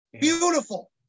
beautiful